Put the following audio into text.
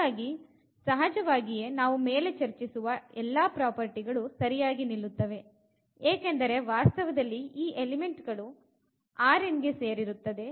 ಹಾಗಾಗಿ ಸಹಜವಾಗಿಯೇ ನಾವು ಮೇಲೆ ಚರ್ಚಿಸಿರುವ ಎಲ್ಲಾ ಪ್ರಾಪರ್ಟಿ ಗಳು ಸರಿಯಾಗಿ ನಿಲ್ಲುತ್ತವೆ ಏಕೆಂದರೆ ವಾಸ್ತವದಲ್ಲಿ ಈ ಎಲಿಮೆಂಟ್ ಗಳು ಗೆ ಸೇರಿರುತ್ತದೆ